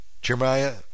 Jeremiah